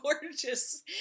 gorgeous